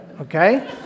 okay